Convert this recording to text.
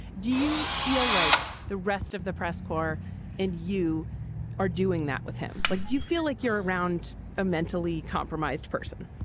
do you feel like the rest of the press corps and you are doing that with him? like, do you feel like you're around a mentally compromised person?